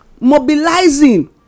mobilizing